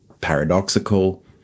paradoxical